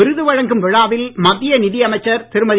விருது வழங்கும் விழாவில் மத்திய நிதி அமைச்சர் திருமதி